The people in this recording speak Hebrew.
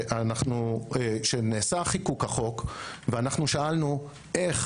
וכשנעשה חיקוק החוק אנחנו שאלנו איך